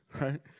right